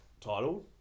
title